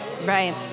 Right